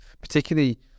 particularly